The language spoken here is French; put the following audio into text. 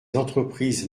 entreprises